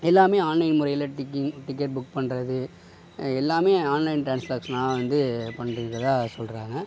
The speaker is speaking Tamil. எல்லாமே ஆன்லைன் முறையில டிக்கிங் டிக்கெட் புக் பண்ணுறது எல்லாமே ஆன்லைன் ட்ரான்ஸாக்க்ஷன்னாக வந்து பண்ணிட்டு இருக்கிறதா சொல்லுறாங்க